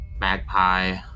Magpie